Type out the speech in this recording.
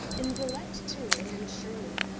in villette, too, and in shirley,